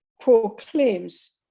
proclaims